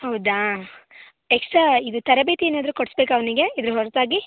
ಹೌದಾ ಎಕ್ಸ್ಟ್ರಾ ಇದು ತರಬೇತಿ ಏನಾದರೂ ಕೊಡಿಸಬೇಕಾ ಅವನಿಗೆ ಇದರ ಹೊರತಾಗಿ